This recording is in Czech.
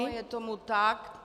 Je tomu tak.